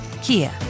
Kia